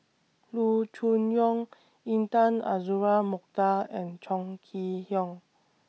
Loo Choon Yong Intan Azura Mokhtar and Chong Kee Hiong